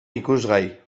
ikusgai